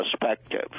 perspective